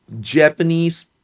Japanese